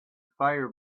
fire